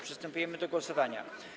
Przystępujemy do głosowania.